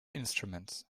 instruments